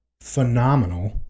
phenomenal